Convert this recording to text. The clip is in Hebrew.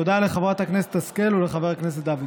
תודה לחברת הכנסת השכל ולחבר הכנסת דוידסון.